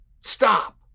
Stop